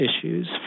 issues